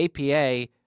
APA